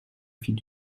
fit